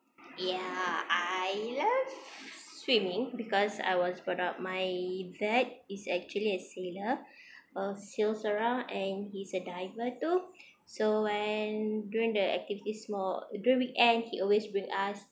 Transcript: ya I love swimming because I was brought up my dad is actually a sailor uh sails around and he's a diver too so when during the activity small during weekend he always bring us